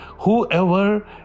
Whoever